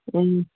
ꯎꯝ